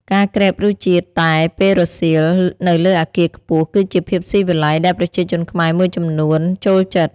ការក្រេបរសជាតិតែពេលរសៀល នៅលើអគារខ្ពស់ គឺជាភាពស៊ីវិល័យដែលប្រជាជនខ្មែរមួយចំនួនចូលចិត្ត។